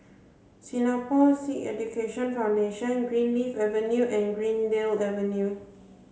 Singapore Sikh Education Foundation Greenleaf Avenue and Greendale Avenue